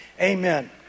Amen